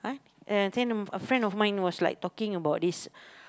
and I t~ a friend of mine was like talking about this